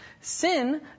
Sin